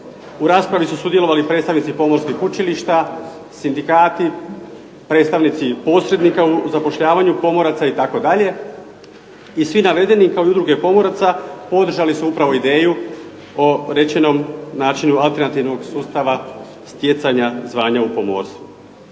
U raspravi su sudjelovali predstavnici pomorskih učilišta, sindikati, predstavnici posrednika u zapošljavanju pomoraca itd. I svi navedeni, kao i udruge pomoraca, podržali su upravo ideju o rečenom načinu alternativnog sustava stjecanja zvanja u pomorstvu.